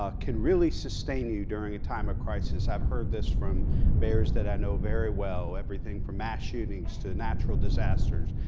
ah can really sustain you during a time of crisis. i've heard this from mayors that i know very well, everything from mass shootings to natural disasters.